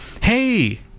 Hey